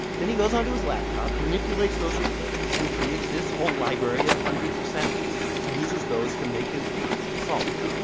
then he goes onto his laptop, manipulates those recordings and creates this whole library of hundreds of sounds and uses those to make his beats his songs.